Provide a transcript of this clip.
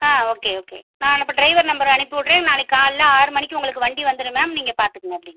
ஆ okay okay நான் அனுப்பு driver நம்பரை அனுப்பிவிட்றேன் நாளைக்கு காலைல ஆறு மணிக்கு உங்களுக்கு வண்டி வந்துவிடும் மேம் நீங்கள் பார்த்துக்கங்க எப்படினு